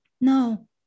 No